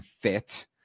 fit